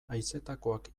haizetakoak